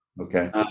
Okay